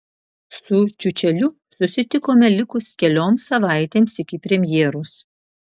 su čiučeliu susitikome likus kelioms savaitėms iki premjeros